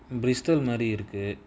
bristol மாரி இருக்கு:maari iruku